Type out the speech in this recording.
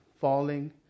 falling